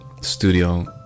studio